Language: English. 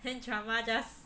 then drama just